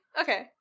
Okay